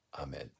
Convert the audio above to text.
Amen